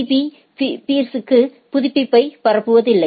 பீ பீர்ஸ்களுக்கு புதுப்பிப்பை பரப்புவதில்லை